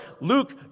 Luke